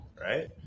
right